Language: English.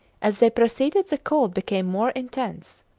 as they proceeded, the cold became more intense.